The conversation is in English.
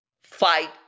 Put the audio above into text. fight